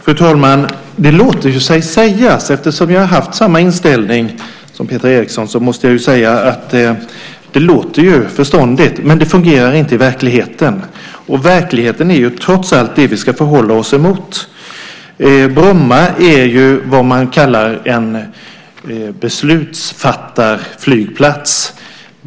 Fru talman! Det där låter sig sägas. Eftersom vi har haft samma inställning som Peter Eriksson måste jag säga att det låter förståndigt. Men det fungerar inte i verkligheten, och verkligheten är trots allt det vi ska förhålla oss till. Bromma är vad man kallar för en beslutsfattarflygplats.